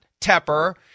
Tepper